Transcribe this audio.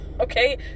Okay